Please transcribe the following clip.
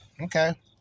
Okay